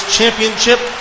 Championship